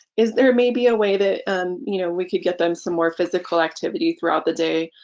is there maybe a way that you know we could get them some more physical activity throughout the day,